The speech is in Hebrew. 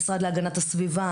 המשרד להגנת הסביבה,